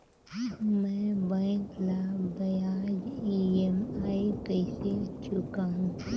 मैं बैंक ला ब्याज ई.एम.आई कइसे चुकाहू?